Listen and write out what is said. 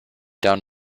down